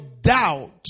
doubt